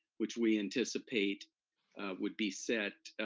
which we anticipate would be set,